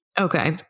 Okay